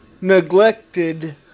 neglected